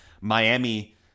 Miami